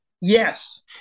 Yes